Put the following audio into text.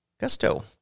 Gusto